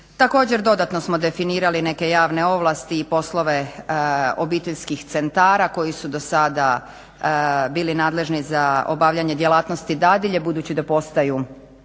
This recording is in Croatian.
Također dodatno smo definirali neke javne ovlasti i poslove obiteljskih centara koji su do sada bili nadležni za obavljanje djelatnosti dadilje budući da postaju